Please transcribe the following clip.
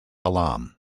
hallam